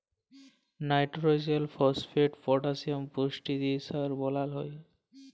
লাইট্রজেল, phosphate, potassium পুষ্টি দিঁয়ে সার বালাল হ্যয়